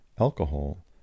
Alcohol